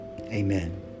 Amen